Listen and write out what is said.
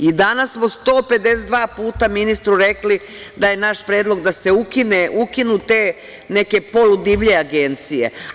I danas smo 152 puta ministru rekli da je naš predlog da se ukinu te neke poludivlje agencije.